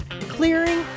clearing